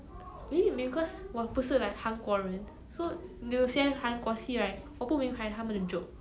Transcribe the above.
orh like the culture behind the orh okay okay okay like